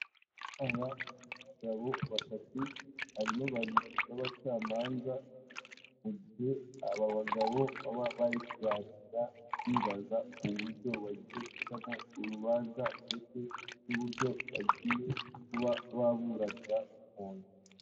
Aba bagabo batatu harimo babiri b'acamanza, mu gihe aba bagabo baba bari kuganira bibaza uburyo bagiye gucamo urubanza, ndetse n'uburyo bagiye kuba baburanira umuntu.